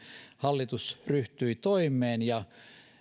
hallitus ryhtyi toimeen ja eduskunta